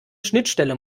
schnittstelle